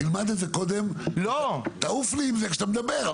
תלמד את זה קודם ותעוף לי עם זה כשאתה מדבר,